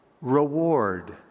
reward